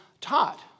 taught